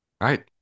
Right